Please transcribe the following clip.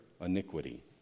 iniquity